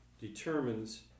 determines